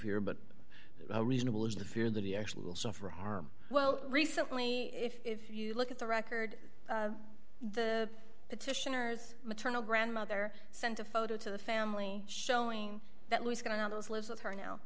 here but reasonable is the fear that he actually will suffer harm well recently if you look at the record the petitioner's maternal grandmother sent a photo to the family showing that was going on those lives with her now